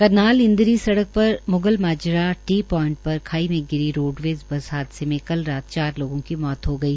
करनाल इन्द्री सडक पर Magal Majra T point पर खाई में गिरी रोडवेज बस हादसे में कल रात चार लोगों मौत हो गई